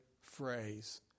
phrase